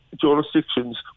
jurisdictions